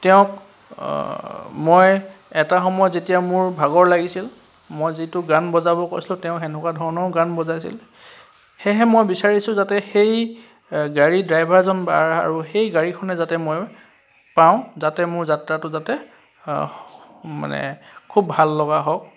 তেওঁক মই এটা সময়ত যেতিয়া মোৰ ভাগৰ লাগিছিল মই যিটো গান বজাব কৈছিলো তেওঁ তেনেকুৱা ধৰণৰ গান বজাইছিল সেয়েহে মই বিচাৰিছো যাতে সেই গাড়ী ড্ৰাইভাৰজন বা সেই গাড়ীখনেই যাতে মই পাওঁ যাতে মোৰ যাত্ৰাটো যাতে মানে খুব ভাল লগা হওক